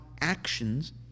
actions